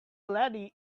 lady